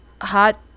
hot